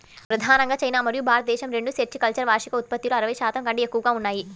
ప్రధానంగా చైనా మరియు భారతదేశం రెండూ సెరికల్చర్ వార్షిక ఉత్పత్తిలో అరవై శాతం కంటే ఎక్కువగా ఉన్నాయి